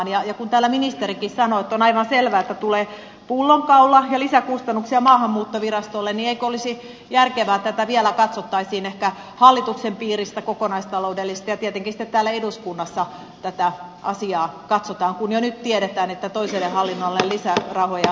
kun täällä ministerikin sanoi että on aivan selvää että tulee pullonkaula ja lisäkustannuksia maahanmuuttovirastolle niin eikö olisi järkevää että vielä katsottaisiin ehkä hallituksen piiristä asiaa kokonaistaloudellisesti ja tietenkin sitten täällä eduskunnassa tätä asiaa katsotaan kun jo nyt tiedetään että toiselle hallinnonalalle lisärahoja saadaan